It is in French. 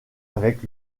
avec